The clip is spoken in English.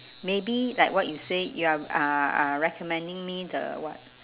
maybe like what you say you are uh uh recommending me the what